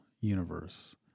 universe